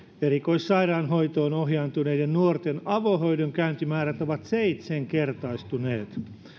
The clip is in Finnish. erikoissairaanhoitoon ohjautuneiden nuorten avohoidon käyntimäärät ovat seitsenkertaistuneet